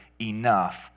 enough